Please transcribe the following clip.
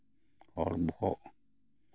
ᱦᱚᱲ ᱵᱚᱦᱚᱜ